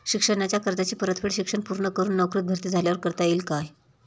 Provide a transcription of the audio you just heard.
शिक्षणाच्या कर्जाची परतफेड शिक्षण पूर्ण करून नोकरीत भरती झाल्यावर करता येईल काय?